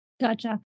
Gotcha